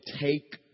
Take